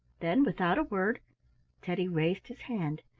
then without a word teddy raised his hand,